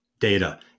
data